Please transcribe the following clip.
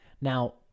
Now